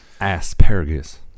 Asparagus